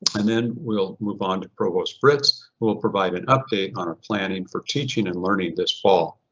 and then we'll move on to provost britz who will provide an update on our planning for teaching and learning this fall.